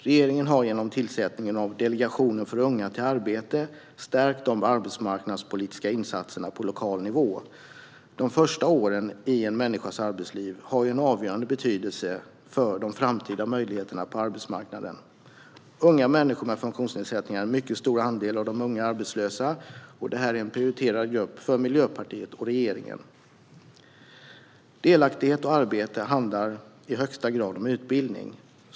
Regeringen har genom tillsättningen av Delegationen för unga och nyanlända till arbete stärkt de arbetsmarknadspolitiska insatserna på lokal nivå. De första åren i en människas arbetsliv har en avgörande betydelse för de framtida möjligheterna på arbetsmarknaden. Unga människor med funktionsnedsättningar är en mycket stor andel av de unga arbetslösa, och det är en prioriterad grupp för Miljöpartiet och regeringen. Delaktighet och arbete handlar i högsta grad om utbildning.